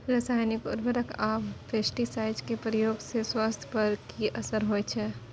रसायनिक उर्वरक आ पेस्टिसाइड के प्रयोग से स्वास्थ्य पर कि असर होए छै?